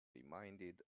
reminded